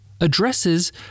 addresses